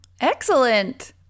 Excellent